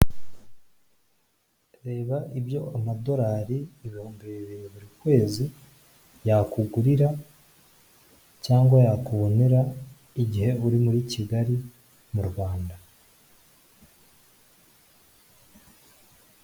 Reba ibyo amadolari ibihumbi bibiri buri kwezi yakugurira cyangwa yakubonera igihe uri muri kigali mu Rwanda.